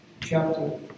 chapter